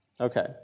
Okay